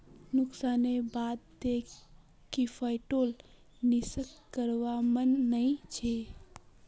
नुकसानेर बा द क्रिप्टोत निवेश करवार मन नइ छ